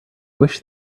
wish